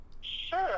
Sure